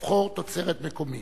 לבחור תוצרת מקומית.